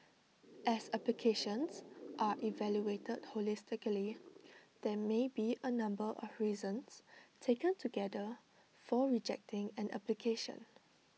as applications are evaluated holistically there may be A number of reasons taken together for rejecting an application